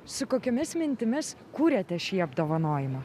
su kokiomis mintimis kūrėte šį apdovanojimą